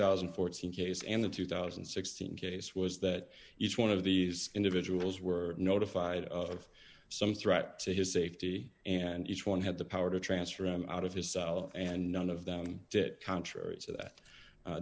fourteen case and the two thousand and sixteen case was that each one of these individuals were notified of some threat to his safety and each one had the power to transfer him out of his cell and none of them did it contrary to that